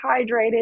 hydrated